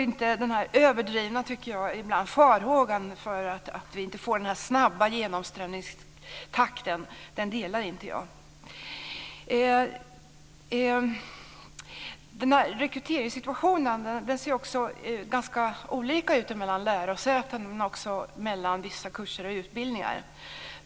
Den ibland överdrivna, tycker jag, farhågan för att vi inte får en snabb genomströmningstakt delar inte jag. Rekryteringssituationen ser ganska olika ut mellan lärosäten men också mellan vissa kurser och utbildningar.